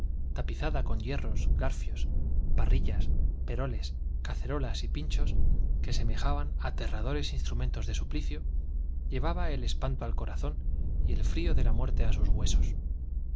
zada con hierros garfios parrillas peroles cacerolas y pinchos que semejaban aterradores instrumentos de suplicio llévaba el espanto al corazón y el frío de la muerte á los huesos